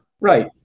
Right